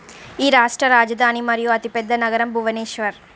ఈ రాష్ట్ర రాజధాని మరియు అతిపెద్ద నగరం భువనేశ్వర్